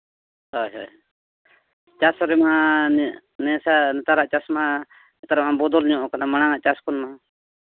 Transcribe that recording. ᱦᱳᱭ ᱦᱳᱭ ᱪᱟᱥ ᱨᱮᱢᱟ ᱱᱤᱭᱟᱹ ᱱᱮᱛᱟᱨᱟᱜ ᱪᱟᱥ ᱢᱟ ᱱᱮᱛᱟᱨᱟᱜ ᱢᱟ ᱵᱚᱫᱚᱞ ᱧᱚᱜ ᱠᱟᱱᱟ ᱢᱟᱲᱟᱝᱼᱟᱜ ᱪᱟᱥ ᱠᱷᱚᱱ ᱢᱟ